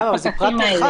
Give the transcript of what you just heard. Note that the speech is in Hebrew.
לא, זה פרט (1).